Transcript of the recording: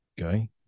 okay